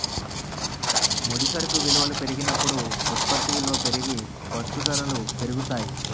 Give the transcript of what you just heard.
ముడి సరుకు విలువల పెరిగినప్పుడు ఉత్పత్తి విలువ పెరిగి వస్తూ ధరలు పెరుగుతాయి